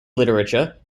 literature